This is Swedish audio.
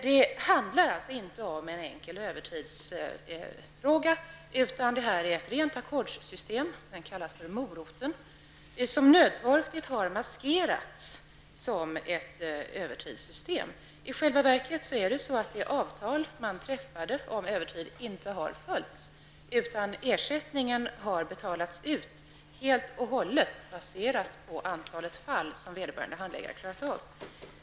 Det handlar alltså inte om en enkel övertidsfråga, utan det här är ett rent ackordssystem, ''Moroten'', som nödtorftigt har maskerats som ett övertidssystem. I själva verket har det avtal som träffats om övertid inte följts. Ersättningen har betalats ut helt och hållet baserat på antalet fall som vederbörande handläggare har klarat av.